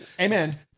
Amen